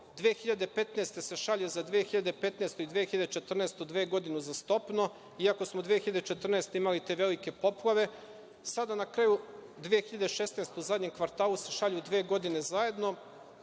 godine se šalje za 2015. i 2014. godinu, dve godine uzastopno, iako smo u 2014. godini imali te velike poplave, sada na kraju 2016. godine u zadnjem kvartalu se šalju dve godine zajedno